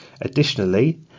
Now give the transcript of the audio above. Additionally